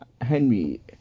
henry